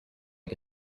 che